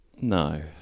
No